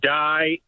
die